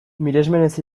miresmenez